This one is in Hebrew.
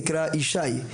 נקרא יש"י,